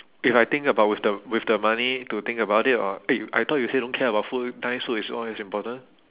if I think about with the with the money to think about it or eh I thought you say don't care about food nice so it's all as important